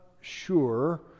sure